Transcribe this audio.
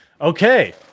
Okay